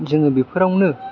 जोङो बेफोरावनो